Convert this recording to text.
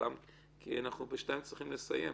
כי ב-14:00 אנחנו צריכים לסיים.